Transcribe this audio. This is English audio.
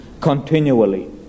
continually